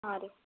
ಹಾಂ ರೀ